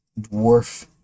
dwarf